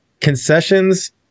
Concessions